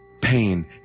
pain